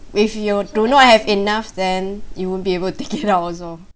if you do not have enough then you won't be able take it out also